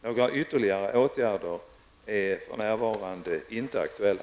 Några ytterligare åtgärder är för närvarande inte aktuella.